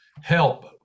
help